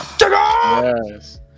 Yes